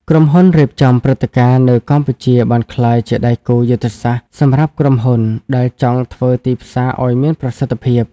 ក្រុមហ៊ុនរៀបចំព្រឹត្តិការណ៍ នៅកម្ពុជាបានក្លាយជាដៃគូយុទ្ធសាស្ត្រសម្រាប់ក្រុមហ៊ុនដែលចង់ធ្វើទីផ្សារឱ្យមានប្រសិទ្ធភាព។